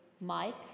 Mike